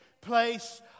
place